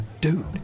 Dude